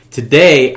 Today